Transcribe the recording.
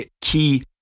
key